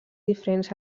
diferents